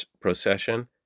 procession